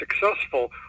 successful